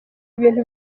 ibintu